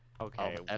Okay